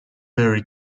very